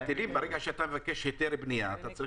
ברגע שאתה מבקש היתר בנייה אתה צריך